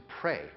pray